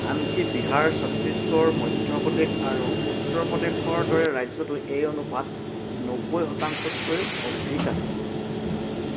আনকি বিহাৰ ছত্তীশগড় মধ্যপ্ৰদেশ আৰু উত্তৰ প্ৰদেশৰ দৰে ৰাজ্যতো এই অনুপাত নব্বৈ শতাংশতকৈ অধিক আছিল